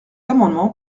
amendement